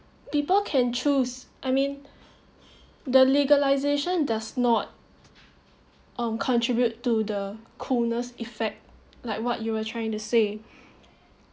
people can choose I mean the legalization does not um contribute to the coolness effect like what you are trying to say